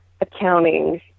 accounting